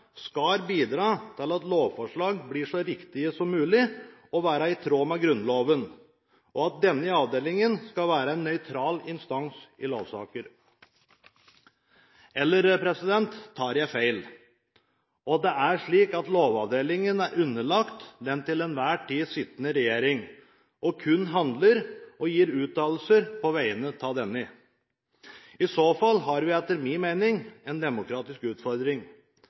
skal bidra til at lovforslag blir så riktige som mulig, at de er i tråd med Grunnloven, og at den avdelingen skal være en nøytral instans i lovsaker? Eller tar jeg feil? Er det slik at Lovavdelingen er underlagt den til en hver tid sittende regjering og kun handler og gir uttalelser på vegne av denne? I så fall har vi, etter min mening, en demokratisk utfordring.